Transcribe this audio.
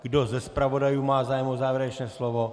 Kdo ze zpravodajů má zájem o závěrečné slovo?